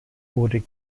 wurde